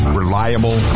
reliable